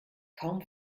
kaum